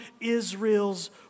Israel's